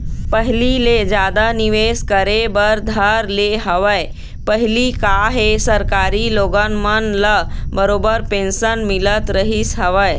पहिली ले जादा निवेश करे बर धर ले हवय पहिली काहे सरकारी लोगन मन ल बरोबर पेंशन मिलत रहिस हवय